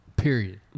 Period